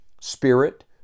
Spirit